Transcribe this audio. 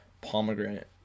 pomegranate